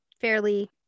fairly